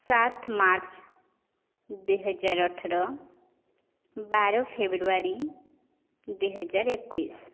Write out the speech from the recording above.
ସାତ ମାର୍ଚ୍ଚ ଦୁଇ ହଜାର ଅଠର ବାର ଫେବୃଆରୀ ଦୁଇ ହଜାର ଏକୋଇଶି